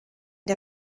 der